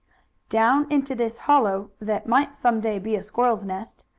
down into this hollow, that might some day be a squirrel's nest,